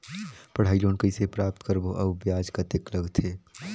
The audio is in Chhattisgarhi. पढ़ाई लोन कइसे प्राप्त करबो अउ ब्याज कतेक लगथे?